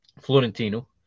Florentino